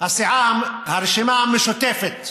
חברת הכנסת ברקו, אני קוראת אותך לסדר פעם שנייה.